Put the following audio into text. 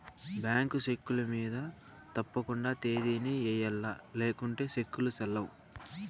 bank చెక్కుల మింద తప్పకండా తేదీని ఎయ్యల్ల లేకుంటే సెక్కులు సెల్లవ్